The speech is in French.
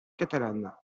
catalane